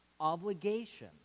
obligation